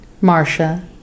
Marcia